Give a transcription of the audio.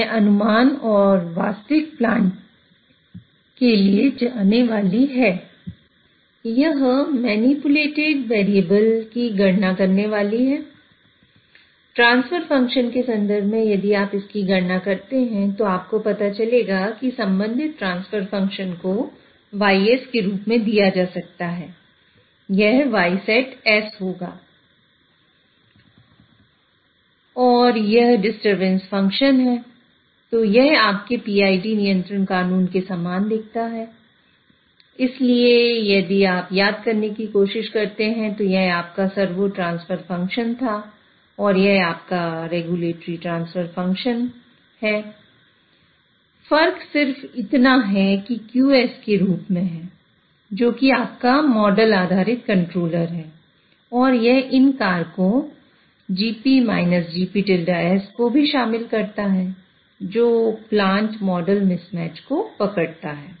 और यह disturbance transfer function है तो यह आपके PID नियंत्रण कानून के रूप में है जो कि आपका मॉडल आधारित कंट्रोलर है और यह इन कारकों Gp - को भी शामिल करता है जो प्लांट मॉडल मिसमैच को पकड़ता है